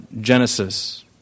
Genesis